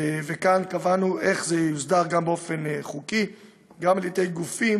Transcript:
וכאן קבענו איך זה יוסדר באופן חוקי גם על-ידי גופים